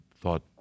thought